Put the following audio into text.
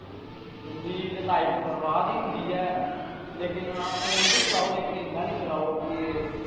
उं'दी ते लाईफ बर्बाद ई होंदी ऐ फोन बा चलेओ लेकिन इन्ना निं चलाओ कि